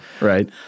right